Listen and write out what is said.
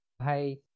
hi